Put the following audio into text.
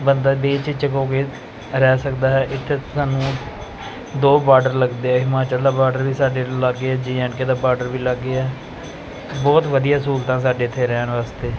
ਬੰਦਾ ਬੇਝਿਜਕ ਹੋ ਰਹਿ ਸਕਦਾ ਹੈ ਇੱਥੇ ਸਾਨੂੰ ਦੋ ਬਾਰਡਰ ਲੱਗਦੇ ਹੈ ਹਿਮਾਚਲ ਦਾ ਬਾਰਡਰ ਵੀ ਸਾਡੇ ਲਾਗੇ ਜੇ ਐਂਡ ਕੇ ਦਾ ਬਾਰਡਰ ਵੀ ਲਾਗੇ ਹੈ ਬਹੁਤ ਵਧੀਆ ਸਹੂਲਤਾਂ ਸਾਡੇ ਇੱਥੇ ਰਹਿਣ ਵਾਸਤੇ